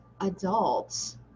adults